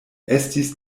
estis